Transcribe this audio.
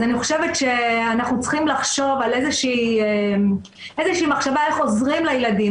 אז אני חושבת שאנחנו צריכים לחשוב איזו שהיא מחשבה איך עוזרים לילדים,